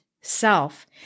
self